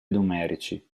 numerici